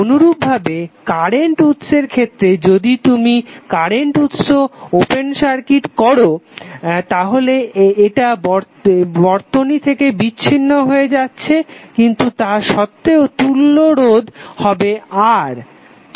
অনুরূপভাবে কারেন্ট উৎসের ক্ষেত্রে যদি তুমি কারেন্ট উৎস ওপেন সার্কিট করো তাহলে এটা বর্তনী থেকে বিচ্ছিন্ন হয়ে যাচ্ছে কিন্তু তা সত্তেও তুল্য রোধ হবে R